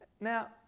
Now